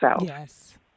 Yes